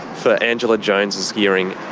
for angela jones's hearing.